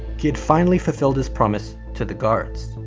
he had finally fulfilled his promise to the guards.